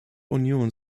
union